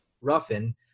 Ruffin